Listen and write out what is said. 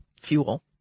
fuel